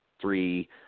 three